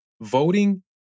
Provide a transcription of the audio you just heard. Voting